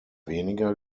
weniger